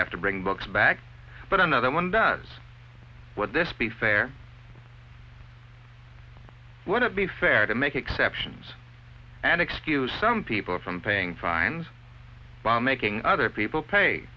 have to bring books back but another one does what this be fair would it be fair to make exceptions and excuse some people from paying fines bomb making other people pay